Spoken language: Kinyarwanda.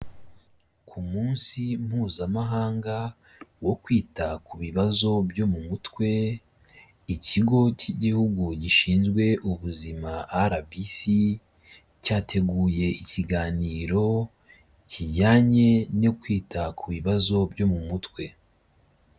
Ku munsi mpuzamahanga wo kwita ku bibazo byo mu mutwe, ikigo k'igihugu gishinzwe ubuzima RBC cyateguye ikiganiro kijyanye no kwita ku bibazo byo mu mutwe.